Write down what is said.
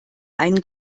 einen